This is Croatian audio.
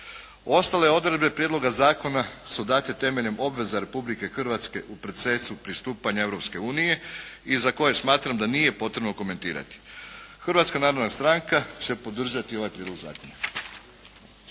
Ostale odredbe prijedloga zakona su date temeljem obveza Republike Hrvatske u procesu pristupanja Europske unije i za koje smatram da nije potrebno komentirati. Hrvatska narodna stranka će podržati ovaj prijedlog zakona.